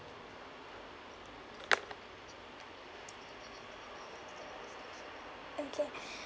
okay